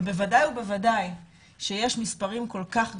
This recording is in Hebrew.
אבל בוודאי ובוודאי כשיש מספרים כל כך גבוהים,